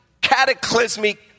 cataclysmic